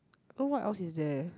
oh what else is there